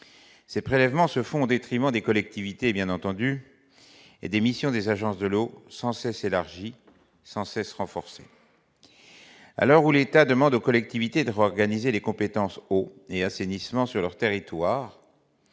ces prélèvements se font détriment des collectivités, bien entendu et missions des agences de l'eau sans cesse élargi sans cesse renforcés à l'heure où l'État demande aux collectivités drogue anisée les compétences, eau et assainissement sur leur territoire